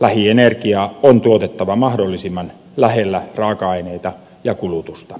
lähienergiaa on tuotettava mahdollisimman lähellä raaka aineita ja kulutusta